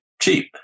cheap